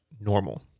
normal